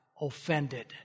offended